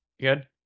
good